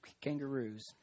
kangaroos